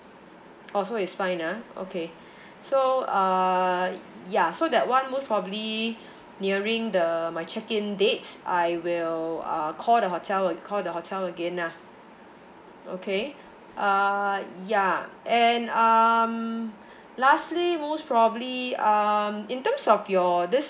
oh so it's fine ah okay so uh ya so that one most probably nearing the my check in dates I will uh call the hotel call the hotel again ah okay uh ya and um lastly most probably um in terms of your this